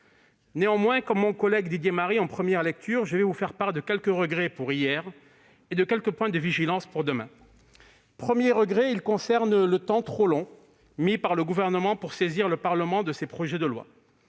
Néanmoins, comme mon collègue Didier Marie en première lecture, je vais vous faire part de quelques regrets pour hier et de quelques points de vigilance pour demain. Mon premier regret concerne le temps trop long pris par le Gouvernement pour saisir le Parlement de ces projets de loi.